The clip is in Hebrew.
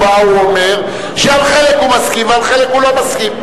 שהוא אומר שעל חלק הוא מסכים ועל חלק הוא לא מסכים.